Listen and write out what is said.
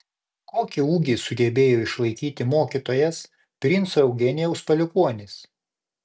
kokį ūgį sugebėjo išlaikyti mokytojas princo eugenijaus palikuonis